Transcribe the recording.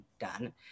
done